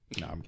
No